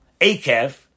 Akev